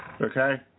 Okay